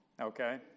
Okay